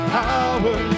power